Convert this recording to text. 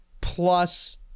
plus